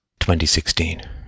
2016